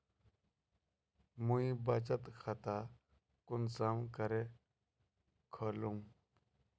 मुई बचत खता कुंसम करे खोलुम?